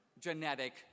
genetic